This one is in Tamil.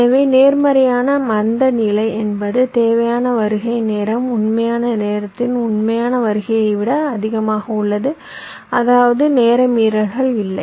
எனவே நேர்மறையான மந்தநிலை என்பது தேவையான வருகை நேரம் உண்மையான நேரத்தின் உண்மையான வருகையை விட அதிகமாக உள்ளது அதாவது நேர மீறல் இல்லை